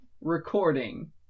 recording